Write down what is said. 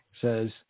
says